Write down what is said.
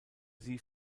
sie